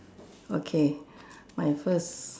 okay my first